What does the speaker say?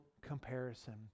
comparison